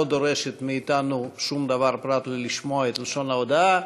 לא דורשת מאתנו שום דבר פרט לשמיעת לשון ההודעה.